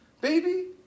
Baby